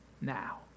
now